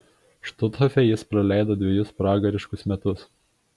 štuthofe jis praleido dvejus pragariškus metus